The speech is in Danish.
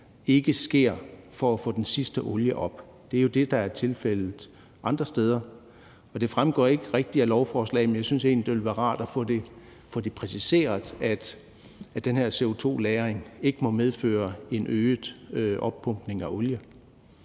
ikke sker for at få den sidste olie op. Det er jo det, der er tilfældet andre steder. Det fremgår ikke rigtig af lovforslaget, men jeg synes egentlig, at det ville være rart at få det præciseret, altså at den her CO2-lagring ikke må medføre en øget oppumpning af olie.